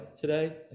today